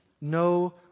no